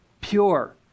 pure